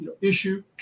issue